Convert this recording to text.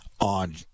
on